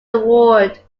award